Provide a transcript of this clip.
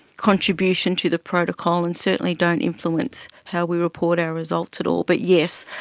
contribution to the protocol and certainly don't influence how we report our results at all. but yes,